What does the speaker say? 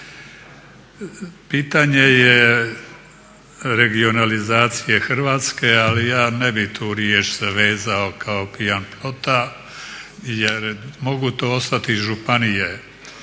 Pitanje je regionalizacije Hrvatske, ali ja ne bih tu riječ vezao kao pijan plota jer mogu to ostati i županije.